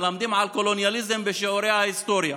מלמדים על קולוניאליזם בשיעורי ההיסטוריה,